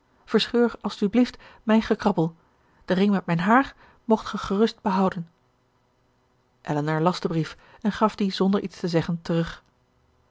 als t u blieft mijn gekrabbel den ring met mijn haar moogt ge gerust behouden elinor las den brief en gaf dien zonder iets te zeggen terug